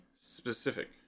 specific